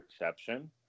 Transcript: exception